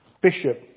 bishop